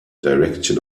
direction